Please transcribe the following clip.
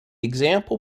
example